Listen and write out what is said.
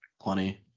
Plenty